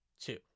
two